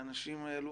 שלאנשים האלה,